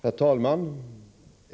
Herr talman!